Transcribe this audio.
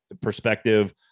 perspective